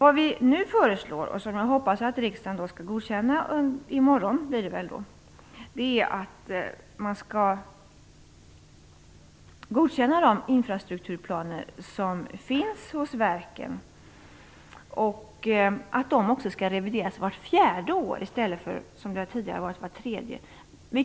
Vad vi nu föreslår och som jag hoppas att riksdagen skall godkänna i morgon är att man skall anta de infrastrukturplaner som finns hos verken och att de skall revideras vart fjärde år i stället för som tidigare vart tredje år.